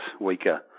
weaker